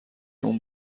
اون